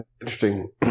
Interesting